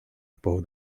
above